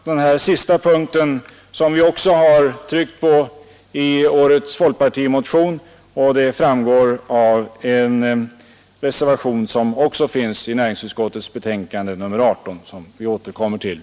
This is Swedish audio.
Den här sista punkten har vi också tryckt på i årets folkpartimotion, och det framgår av en reservation som är fogad till näringsutskottets betänkande nr 18 och som vi återkommer till.